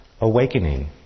awakening